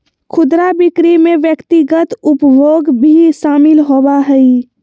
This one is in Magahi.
खुदरा बिक्री में व्यक्तिगत उपभोग भी शामिल होबा हइ